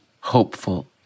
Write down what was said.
hopeful